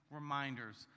reminders